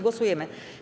Głosujemy.